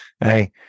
Hey